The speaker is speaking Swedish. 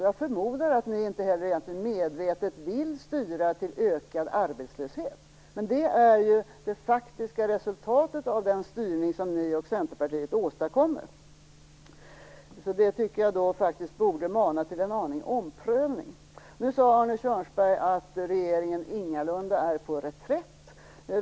Jag förmodar att ni inte heller egentligen medvetet vill styra till ökad arbetslöshet. Men det är ju det faktiska resultatet av den styrning som ni och Centerpartiet åstadkommer. Jag tycker att det borde mana till en aning omprövning. Nu sade Arne Kjörnsberg att regeringen ingalunda är på reträtt.